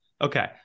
Okay